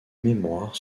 mémoires